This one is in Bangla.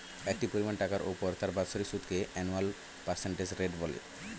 একটি পরিমাণ টাকার উপর তার বাৎসরিক সুদকে অ্যানুয়াল পার্সেন্টেজ রেট বলে